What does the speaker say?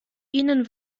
ihnen